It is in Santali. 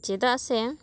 ᱪᱮᱫᱟᱜ ᱥᱮ